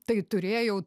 tai turėjau